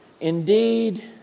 indeed